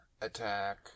attack